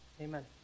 Amen